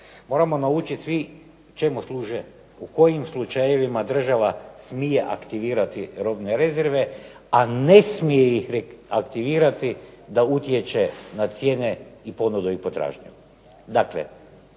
Moramo načuti svi čemu služe u kojim slučajevima država smije aktivirati robne rezerve a ne smije ih aktivirati da utječe na cijene i ponudu i potražnju.